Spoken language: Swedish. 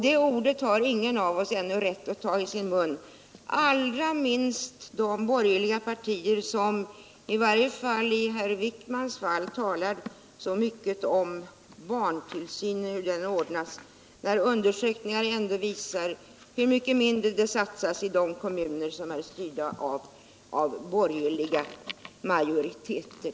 Det ordet har ännu ingen av oss rätt att ta i sin mun, allra minst ledamöter från de borgerliga partierna vilka såsom herr Wijkman talar så mycket om hur barntillsynen bör ordnas, när undersökningar ändå visar hur mycket mindre det satsas på detta i de kommuner som är styrda av borgerliga majoriteter